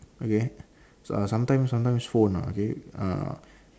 okay so i sometimes sometimes phone ah okay err